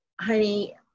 honey